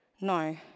No